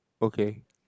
okay